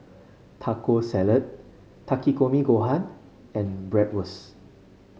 Taco Salad Takikomi Gohan and Bratwurst